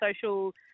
social